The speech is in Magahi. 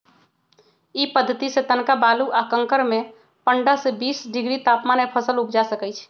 इ पद्धतिसे तनका बालू आ कंकरमें पंडह से बीस डिग्री तापमान में फसल उपजा सकइछि